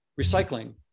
recycling